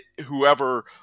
Whoever